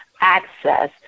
access